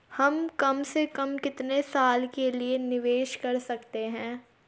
हम कम से कम कितने साल के लिए निवेश कर सकते हैं?